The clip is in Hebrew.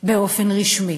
באופן רשמי.